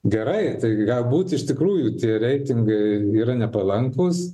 gerai tai galbūt iš tikrųjų tie reitingai yra nepalankūs